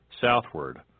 southward